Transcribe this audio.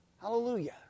Hallelujah